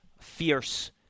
fierce